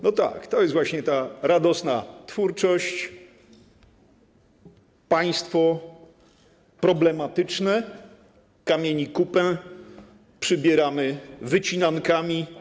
No tak, to jest właśnie ta radosna twórczość, państwo problematyczne, kamieni kupę przybieramy wycinankami.